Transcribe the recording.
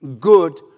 good